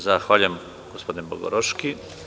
Zahvaljujem, gospodine Bogaroški.